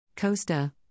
Costa